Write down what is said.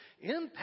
impact